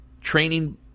training